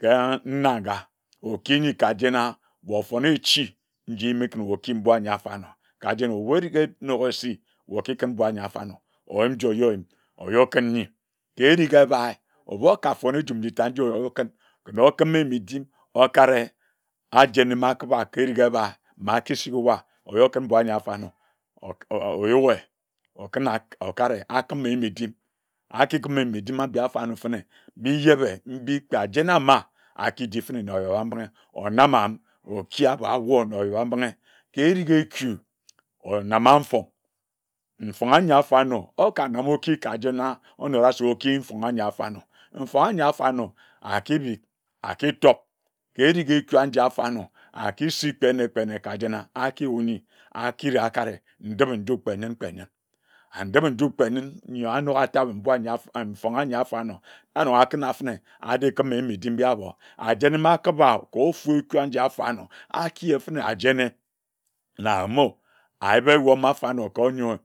ka nnaga oki nyi kajena wae ofone echi nji me kin wae okiyim mbui anyi afanor ka jen ebu erige enok esi wae okikun mbui anyi afarnor oyim nji oyor yim oyor kin nyi ka ering ebae ebu okafon ejum nji tad nji ore okin kene okine midim okare ajene mba akiba ke ereri ebae na akisiri wa okin mbui anyi afanor oyoe okina okare akin meyin edim akikima medim mbi afarno fene njiebe mbi kpe ajene aba aki di fene na oyoa mbinghe onam amim oki abor awor na oyoa mbinghe kerige etu onama mfong, mfong anyi afarnor aka nongo oki kajena onora se oki mfong anyi afarnor mfong anyi afarnor akibik akitok, kerige ekua ajia afarnor akisik kpe nne kpe nne kajena akiwu nyi akiri akare ndipe-nju kpe nyin kpe nyin and ndipe-nju kpe yin nyi anoga atabim mbui anyi afanor mfong anyi afarnor anoga akuna fene adikime ndi medim abor ajene akibaoo ka ofu ekua mbi afarnor akie fene ajene na more ayip afarnor koronyoer